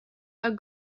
are